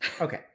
Okay